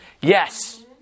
Yes